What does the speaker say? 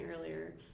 earlier